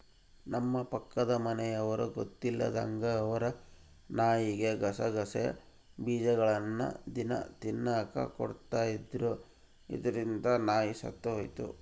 ನಮ್ಮ ಪಕ್ಕದ ಮನೆಯವರು ಗೊತ್ತಿಲ್ಲದಂಗ ಅವರ ನಾಯಿಗೆ ಗಸಗಸೆ ಬೀಜಗಳ್ನ ದಿನ ತಿನ್ನಕ ಕೊಡ್ತಿದ್ರು, ಇದರಿಂದ ನಾಯಿ ಸತ್ತೊಯಿತು